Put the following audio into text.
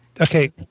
Okay